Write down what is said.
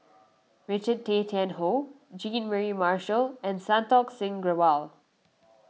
Richard Tay Tian Hoe Jean Mary Marshall and Santokh Singh Grewal